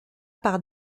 par